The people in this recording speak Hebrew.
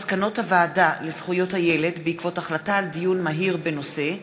מסקנות הוועדה לזכויות הילד בעקבות דיון מהיר בהצעתן